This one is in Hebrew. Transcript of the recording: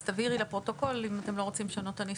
אז תבהירי לפרוטוקול אם אתם לא רוצים לשנות את הניסוח.